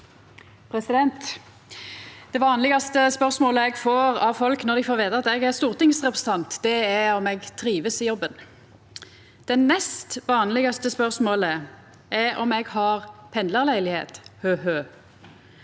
Det vanlegaste spørsmålet eg får av folk når dei får veta at eg er stortingsrepresentant, er om eg trivst i jobben. Det nest vanlegaste spørsmålet er om eg har pendlarleilegheit – hø-hø.